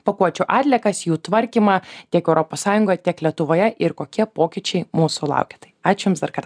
pakuočių atliekas jų tvarkymą tiek europos sąjungoje tiek lietuvoje ir kokie pokyčiai mūsų laukia tai ačiū jums darkart